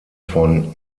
von